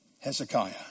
Hezekiah